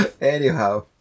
Anyhow